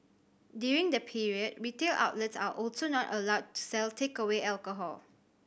during the period retail outlets are also not allowed to sell takeaway alcohol